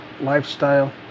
lifestyle